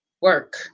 Work